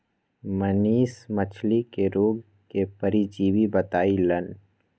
मनीष मछ्ली के रोग के परजीवी बतई लन